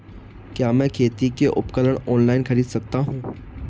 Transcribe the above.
क्या मैं खेती के उपकरण ऑनलाइन खरीद सकता हूँ?